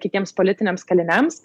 kitiems politiniams kaliniams